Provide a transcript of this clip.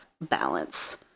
balance